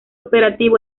operativo